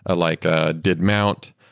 ah like ah did mount,